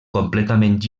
completament